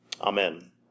Amen